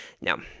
Now